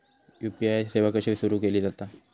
UPI सेवा कशी सुरू केली जाता?